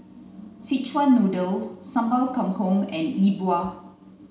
Zechuan noodle Sambal Kangkong and Yi Bua